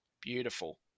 Beautiful